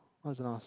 how to pronounce